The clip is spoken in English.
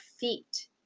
feet